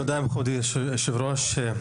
תודה כבוד יושב הראש.